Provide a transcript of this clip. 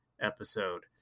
episode